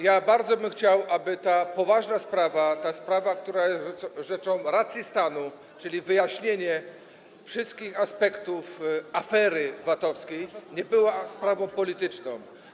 Ja bym bardzo chciał, aby ta poważna sprawa, ta sprawa, która jest sprawą racji stanu, czyli wyjaśnienie wszystkich aspektów afery VAT-owskiej, nie była sprawą polityczną.